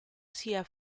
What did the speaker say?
sia